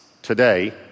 today